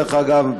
דרך אגב,